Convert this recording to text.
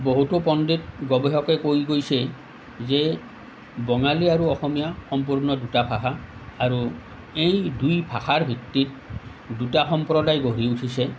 বহুতো পণ্ডিত গৱেষকে কৈ গৈছে যে বঙালী আৰু অসমীয়া সম্পূৰ্ণ দুটা ভাষা আৰু এই দুই ভাষাৰ ভিত্তিত দুটা সম্প্ৰদায় গঢ়ি উঠিছে